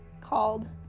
called